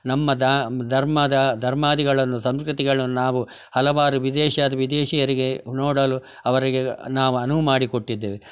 ನಮ್ಮ ದಾ ಧರ್ಮದ ಧರ್ಮಾದಿಗಳನ್ನು ಸಂಸ್ಕೃತಿಗಳು ನಾವು ಹಲವಾರು ವಿದೇಶಿಯಾದ ವಿದೇಶಿಯರಿಗೆ ನೋಡಲು ಅವರಿಗೆ ನಾವು ಅನುವು ಮಾಡಿಕೊಟ್ಟಿದ್ದೇವೆ